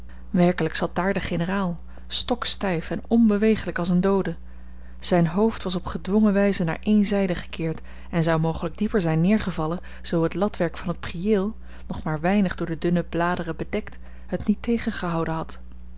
werkelijk zat daar de generaal stokstijf en onbewegelijk als een doode zijn hoofd was op gedwongen wijze naar ééne zijde gekeerd en zou mogelijk dieper zijn neergevallen zoo het latwerk van het priëel nog maar weinig door de dunne bladeren bedekt het niet tegengehouden had